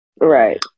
Right